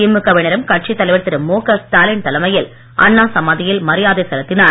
திமுக வினரும் கட்சித் தலைவர் திரு முக ஸ்டாலின் தலைமையில் அண்ணா சமாதியில் மரியாதை செலுத்தினர்